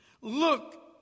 Look